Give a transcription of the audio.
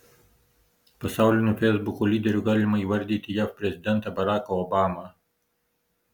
pasauliniu feisbuko lyderiu galima įvardyti jav prezidentą baraką obamą